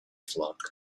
flock